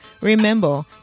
Remember